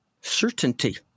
certainty